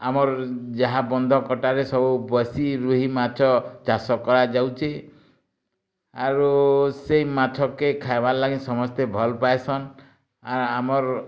ଆମର୍ ଯାହା ବନ୍ଦ କଟାରେ ସବୁ ବେଶୀ ରୁହି ମାଛ ଚାଷ କରା ଯାଉଛି ଆରୁ ସେ ମାଛ କେ ଖାଇବାର୍ ଲାଗିଁ ସମସ୍ତେ ଭଲ୍ ପାଇଁସନ୍ ଆର୍ ଆମର୍